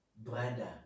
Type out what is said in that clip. brother